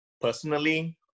personally